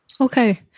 Okay